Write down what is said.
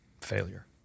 failure